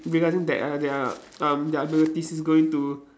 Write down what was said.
realising that uh their um their abilities is going to